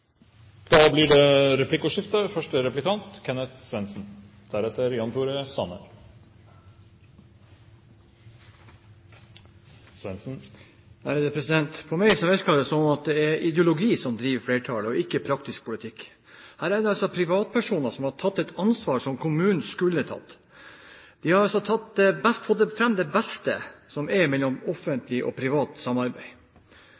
Det blir replikkordskifte. For meg virker det som om det er ideologi som driver flertallet, og ikke praktisk politikk. Her er det altså privatpersoner som har tatt et ansvar som kommunen skulle ha tatt. De har altså fått fram det beste som er mellom offentlig og privat samarbeid. Det ser ut som om systemet er